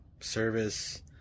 service